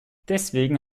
deswegen